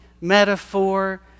metaphor